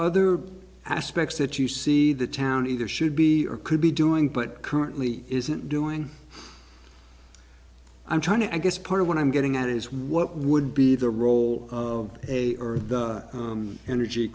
other aspects that you see the town either should be or could be doing but currently isn't doing i'm trying to i guess part of what i'm getting at is what would be the role of a or